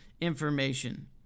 information